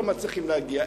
לא מצליחים להגיע.